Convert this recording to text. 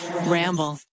Ramble